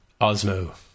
Osmo